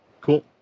Cool